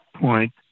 point